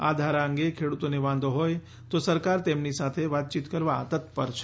આ ધારા અંગે ખેડૂતોને વાંધો હોય તો સરકાર તેમની સાથે વાતચીત કરવા તત્પર છે